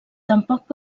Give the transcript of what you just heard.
tampoc